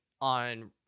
on